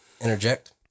interject